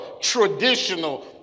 traditional